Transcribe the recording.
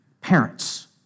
Parents